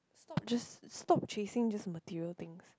stop just stop chasing just material things